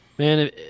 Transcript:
Man